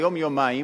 ליום-יומיים,